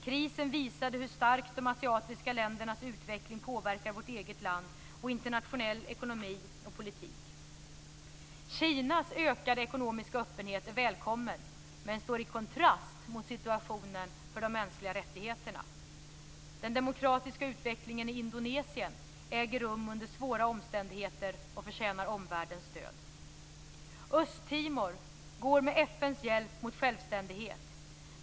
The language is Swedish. Krisen visade hur starkt de asiatiska ländernas utveckling påverkar vårt eget land och internationell ekonomi och politik. Kinas ökade ekonomiska öppenhet är välkommen, men står i kontrast mot situationen för de mänskliga rättigheterna. Den demokratiska utvecklingen i Indonesien äger rum under svåra omständigheter och förtjänar omvärldens stöd. Östtimor går med FN:s hjälp mot självständighet.